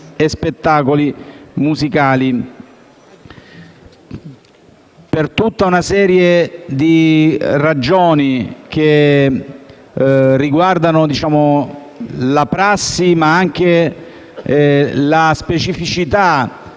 e spettacoli musicali. Per tutta una serie di ragioni che riguardano la prassi, ma anche la specificità